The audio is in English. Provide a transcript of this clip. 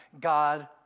God